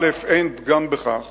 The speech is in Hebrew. אין פגם בכך